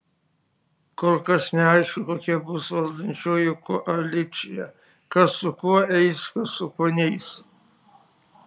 kol kas neaišku kokia bus valdančioji koalicija kas su kuo eis kas su kuo neis